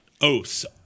oaths